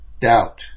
doubt